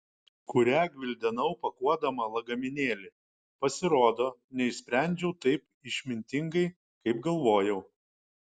kurią gvildenau pakuodama lagaminėlį pasirodo neišsprendžiau taip išmintingai kaip galvojau